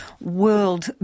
World